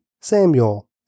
Samuel